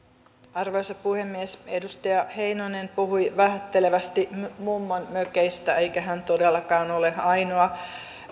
arvoisa puhemies edustaja heinonen puhui vähättelevästi mummonmökeistä eikä hän todellakaan ole ainoa